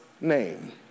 name